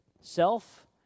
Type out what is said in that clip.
self